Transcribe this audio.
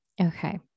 Okay